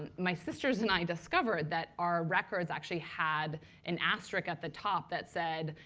and my sisters and i discovered that our records actually had an asterisk at the top that said,